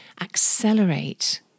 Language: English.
accelerate